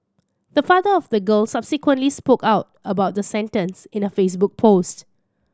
the father of the girl subsequently spoke out about the sentence in a Facebook post